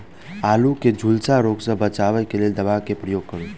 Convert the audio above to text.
आलु केँ झुलसा रोग सऽ बचाब केँ लेल केँ दवा केँ प्रयोग करू?